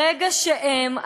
ברגע שהם,